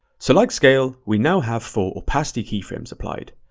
so like scale, we now have full opacity keyframe supplied.